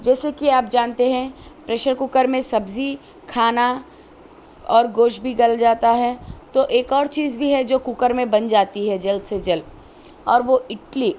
جیسے کہ آپ جانتے ہیں پریشر کوکر میں سبزی کھانا اور گوشت بھی گل جاتا ہے تو ایک اور چیز بھی ہے جو کوکر میں بن جاتی ہے جلد سے جلد اور وہ اڈلی